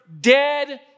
dead